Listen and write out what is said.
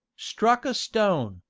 struck a stone,